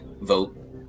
vote